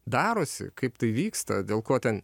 darosi kaip tai vyksta dėl ko ten